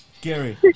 Gary